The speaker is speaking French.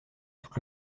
toute